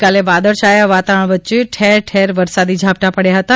ગઇકાલે વાદળછાયા વાતાવરણ વચ્ચે ઠેરટેર વરસાદી ઝાપટાં પડ્યાં હતાં